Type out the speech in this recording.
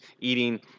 eating